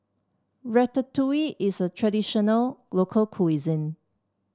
Ratatouille is a traditional local